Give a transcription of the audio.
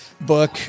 book